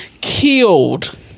Killed